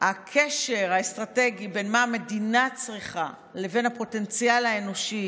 שהקשר האסטרטגי בין מה שהמדינה צריכה לבין הפוטנציאל האנושי